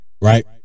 right